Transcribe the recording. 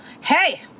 Hey